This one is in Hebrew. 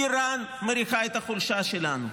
איראן מריחה את החולשה שלנו.